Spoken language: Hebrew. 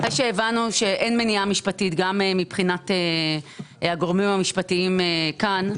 אחרי שהבנו שאין מניעה משפטית גם מבחינת הגורמים המשפטיים כאן,